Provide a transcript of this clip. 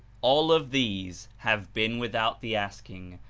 all of these have been without the asking,